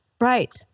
Right